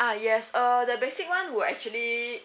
ah yes uh the basic one would actually